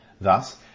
Thus